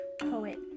poet